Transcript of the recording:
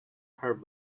her